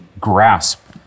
grasp